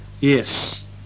Yes